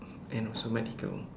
and also medical